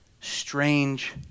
strange